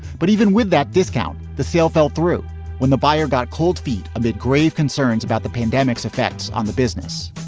but even with that discount, the sale fell through when the buyer got cold feet. a bit grave concerns about the pandemic's effects on the business.